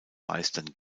meistern